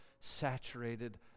Saturated